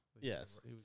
Yes